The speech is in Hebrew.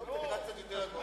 היום אתה נראה קצת יותר טוב.